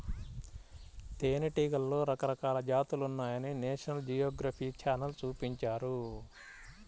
తేనెటీగలలో రకరకాల జాతులున్నాయని నేషనల్ జియోగ్రఫీ ఛానల్ చూపించారు